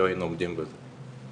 מנהלת המרכז הלאומי לבקרת מחלות.